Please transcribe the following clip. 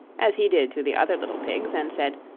as he did to the other little pigs, and said,